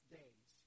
days